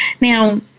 Now